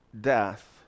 death